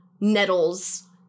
nettles